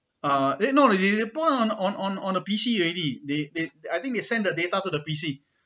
uh eh no it it put on on on a P_C already they they I think they send the data to the P_C